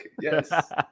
Yes